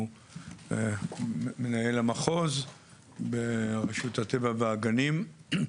הוא מנהל המחוז ברשות הטבע והגנים,